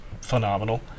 phenomenal